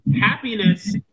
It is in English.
happiness